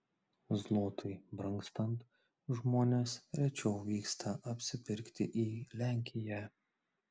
zlotui brangstant žmonės rečiau vyksta apsipirkti į lenkiją